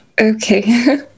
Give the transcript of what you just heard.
Okay